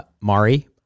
Mari